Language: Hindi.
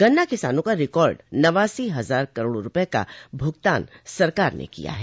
गन्ना किसानों का रिकार्ड नवासी हजार करोड़ रूपये का भुगतान सरकार ने किया है